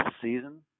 season